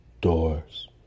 doors